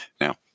Now